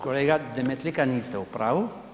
Kolega Demetlika niste u pravu.